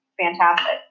fantastic